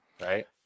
right